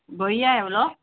கொய்யா எவ்வளோ